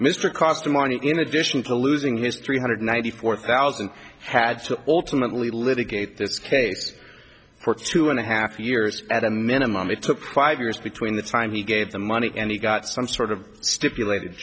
mr cost money in addition to losing his three hundred ninety four thousand had to alternately litigate this case for two and a half years at a minimum it took five years between the time he gave the money and he got some sort of stipulated